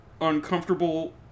uncomfortable